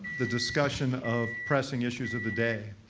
the discussion of pressing issues of the day.